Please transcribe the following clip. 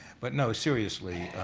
but, no, seriously,